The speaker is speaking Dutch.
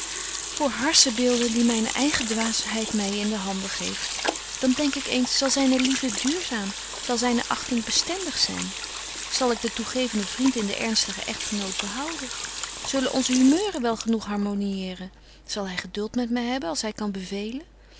zy voor harssenbeelden die myne eige dwaasheid my in de handen geeft dan denk ik eens zal zyne liefde duurzaam zal zyne achting bestendig zyn zal ik den toegevenden vriend in den ernstigen echtgenoot behouden zullen onze humeuren wel genoeg harmonieeren zal hy geduld met my hebben als hy kan bevelen